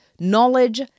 knowledge